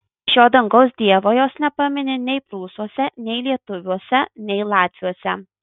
šio dangaus dievo jos nepamini nei prūsuose nei lietuviuose nei latviuose